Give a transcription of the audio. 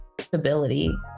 stability